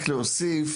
היושב-ראש,